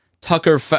Tucker –